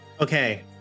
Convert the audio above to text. Okay